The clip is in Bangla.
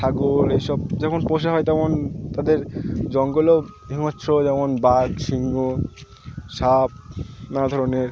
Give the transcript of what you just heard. ছাগল এই সব যেমন পোষা হয় তেমন তাদের জঙ্গলও হিংস্র যেমন বাঘ সিংহ সাপ নানা ধরনের